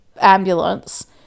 ambulance